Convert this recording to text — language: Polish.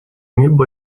niebo